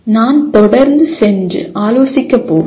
நான் தொடர்ந்து சென்று ஆலோசிக்கப் போவதில்லை